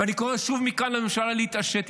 ואני קורא שוב מכאן לממשלה להתעשת.